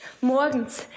Morgens